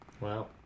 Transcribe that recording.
Wow